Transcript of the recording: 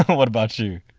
what what about you?